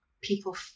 people